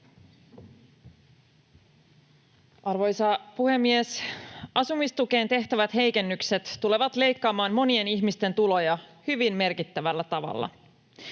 Arvoisa puhemies! Asumistukeen tehtävät heikennykset tulevat leikkaamaan monien ihmisten tuloja hyvin merkittävällä tavalla.